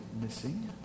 missing